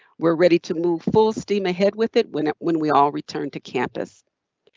we're ready to move full steam ahead with it when it when we all return to campus.